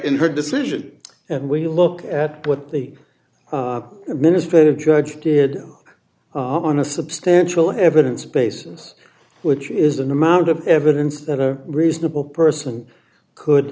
in her decision and we look at what the minister of judge did on a substantial evidence basis which is an amount of evidence that a reasonable person could